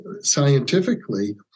scientifically